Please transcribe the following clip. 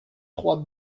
trois